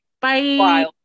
bye